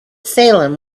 salem